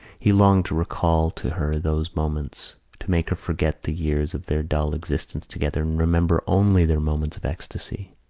he longed to recall to her those moments, to make her forget the years of their dull existence together and remember only their moments of ecstasy.